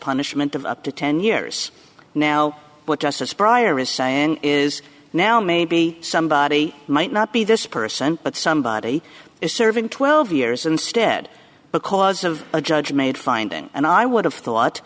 punishment of up to ten years now what justice prior is saying is now maybe somebody might not be this person but somebody is serving twelve years instead because the a judge made finding and i would have thought